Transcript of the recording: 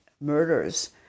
murders